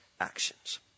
actions